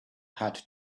had